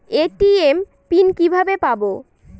ATM PIN কিভাবে পাবো?